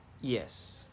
yes